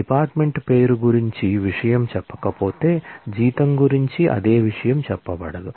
department పేరు గురించి విషయం చెప్పకపోతే జీతం గురించి అదే విషయం చెప్పబడదు